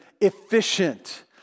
efficient